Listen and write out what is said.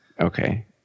Okay